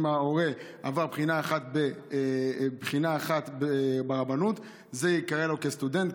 אם ההורה עבר בחינה אחת ברבנות הוא ייקרא סטודנט,